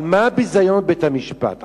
על מה ביזיון בית-המשפט?